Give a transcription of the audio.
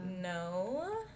no